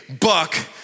buck